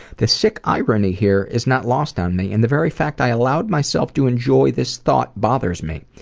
the sick irony here is not lost on me and the very fact i allowed myself to enjoy this thought bothers me.